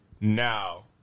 now